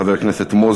חבר הכנסת מוזס,